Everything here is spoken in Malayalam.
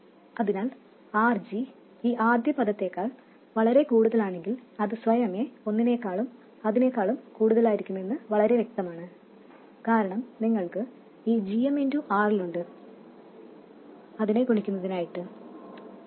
അതിനാൽ RG ഈ ആദ്യ പദത്തേക്കാൾ വളരെ കൂടുതലാണെങ്കിൽ അത് സ്വയമേ ഒന്നിനേക്കാളും അതിനെക്കാളും കൂടുതലായിരിക്കുമെന്നത് വളരെ വ്യക്തമാണ് കാരണം നിങ്ങൾക്ക് ഈ gm RL ഉണ്ട് അതിനെ ഗുണിക്കാൻ